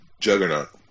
juggernaut